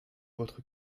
votre